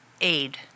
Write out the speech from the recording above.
Aid